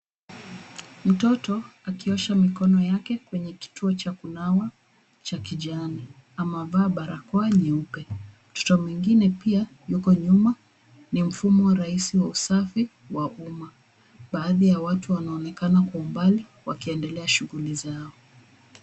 Mtoto akiosha mkono wake kwenye kituo cha kunawa cha kijani. Amevaa barakoa nyeupe. Mtoto mwengine pia yuko nyuma. Ni mfumo rahisi wa usafi wa umma. Baadhi ya watu wanaonekana kwa umbali wakiendelea shughuli zao.